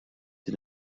din